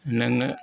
नों